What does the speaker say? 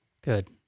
Good